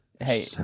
Hey